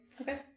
Okay